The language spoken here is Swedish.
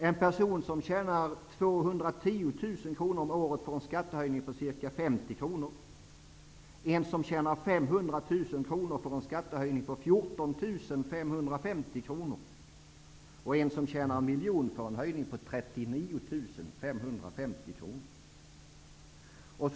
En person som tjänar 210 000 kr om året får en skattehöjning på ca 50 kr per år, en som tjänar 500 000 kr får en skattehöjning på 14 550 kr, och en som tjänar 1 miljon får en höjning på 39 550 kr.